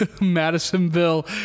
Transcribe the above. Madisonville